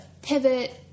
pivot